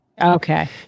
Okay